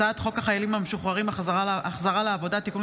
הצעת חוק החיילים המשוחררים (החזרה לעבודה) (תיקון